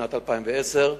שנת 2010,